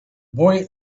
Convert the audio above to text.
boy